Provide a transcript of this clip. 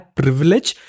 privilege